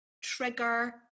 trigger